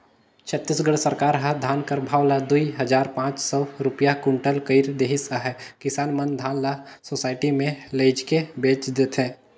छत्तीसगढ़ सरकार ह धान कर भाव ल दुई हजार पाच सव रूपिया कुटल कइर देहिस अहे किसान मन धान ल सुसइटी मे लेइजके बेच देथे